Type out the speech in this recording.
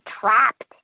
trapped